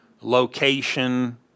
location